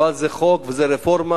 אבל זה חוק וזו רפורמה,